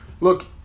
Look